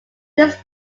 this